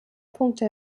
punkte